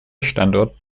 standort